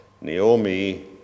Naomi